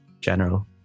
general